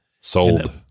Sold